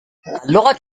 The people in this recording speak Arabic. اللغة